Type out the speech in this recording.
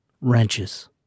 Wrenches